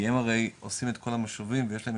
כי הם הרי עושים את כל המשובים ויש להם